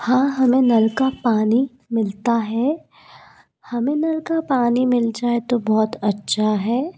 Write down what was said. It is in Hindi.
हाँ हमें नल का पानी मिलता है हमें नल का पानी मिल जाए तो बहुत अच्छा है